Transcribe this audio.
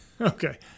Okay